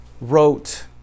wrote